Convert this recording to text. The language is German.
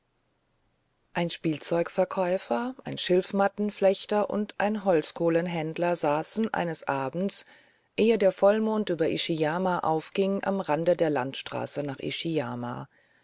ein spielzeugverkäufer ein schilfmattenflechter und ein holzkohlenhändler saßen eines abends ehe der vollmond über ishiyama aufging am rande der landstraße nach